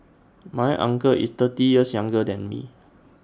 my uncle is thirty years younger than me